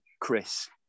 Chris